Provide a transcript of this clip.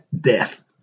death